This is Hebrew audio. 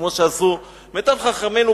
כמו שעשו מיטב חכמינו.